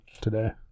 today